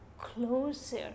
closer